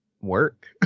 work